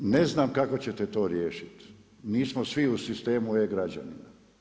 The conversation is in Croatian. Ne znam kako ćete to riješiti, nismo svi u sistemu e-građanina.